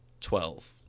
twelve